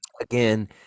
again